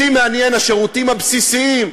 אותי מעניינים השירותים הבסיסיים,